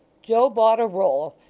joe bought a roll,